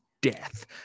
death